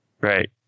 Right